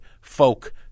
folk